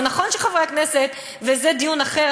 זה נכון שחברי הכנסת, וזה דיון אחר.